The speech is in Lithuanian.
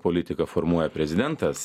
politiką formuoja prezidentas